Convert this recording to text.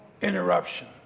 interruption